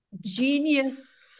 genius